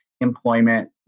employment